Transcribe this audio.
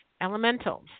elementals